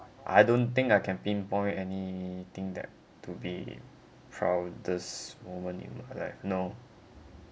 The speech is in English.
I don't think I can pinpoint any thing that to be proudest moments in my life no